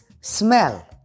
smell